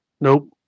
Nope